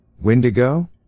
Windigo